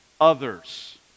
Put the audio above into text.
others